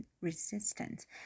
resistance